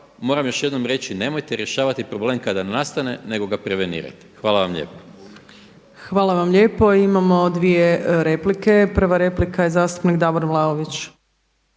moram još jednom reći nemojte rješavati problem kada nastane, nego ga prevenirajte. Hvala vam lijepa. **Opačić, Milanka (SDP)** Hvala vam lijepo. Imamo dvije replike. Prva replika je zastupnik Davor Vlaović.